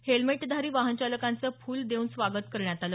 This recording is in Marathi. हेल्मेटधारी वाहनचालकांचं फुलं देऊन स्वागत करण्यात आलं